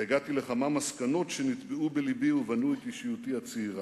והגעתי לכמה מסקנות שנטבעו בלבי ובנו את אישיותי הצעירה,